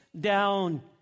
down